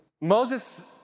Moses